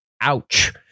Ouch